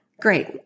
great